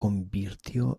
convirtió